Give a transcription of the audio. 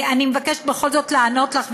אני מבקשת בכל זאת לענות לך,